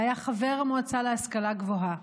והיה חבר המועצה להשכלה גבוהה.